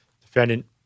defendant